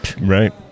right